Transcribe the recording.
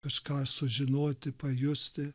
kažką sužinoti pajusti